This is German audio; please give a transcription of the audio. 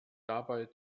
dabei